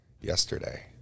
Yesterday